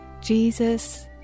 jesus